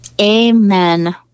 Amen